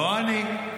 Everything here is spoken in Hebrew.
לא אני,